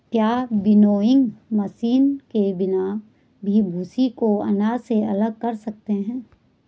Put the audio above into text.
क्या winnowing machine के बिना भी भूसी को अनाज से अलग कर सकते हैं?